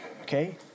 okay